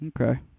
Okay